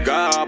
God